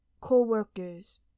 co-workers